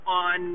on